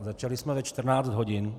Začali jsme ve 14 hodin.